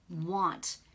want